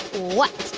what.